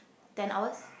ten hours